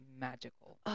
Magical